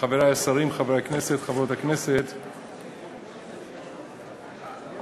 תארו לעצמכם שהכנסת